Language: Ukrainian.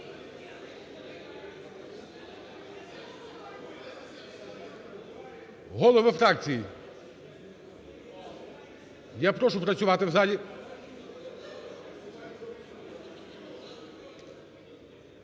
Голови фракцій, я прошу працювати в залі.